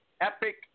epic